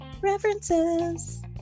References